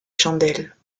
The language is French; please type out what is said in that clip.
chandelles